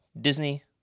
Disney